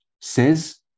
says